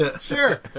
Sure